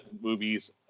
movies